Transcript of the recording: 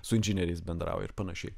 su inžinieriais bendrauja ir panašiai